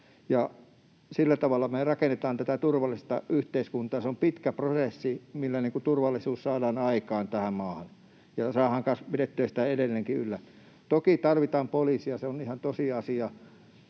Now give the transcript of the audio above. Sillä tavalla me rakennetaan tätä turvallista yhteiskuntaa. Se on pitkä prosessi, millä turvallisuus saadaan aikaan tähän maahan ja saadaan kanssa pidettyä sitä edelleen yllä. Toki tarvitaan poliisia, se on ihan tosiasia.